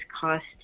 cost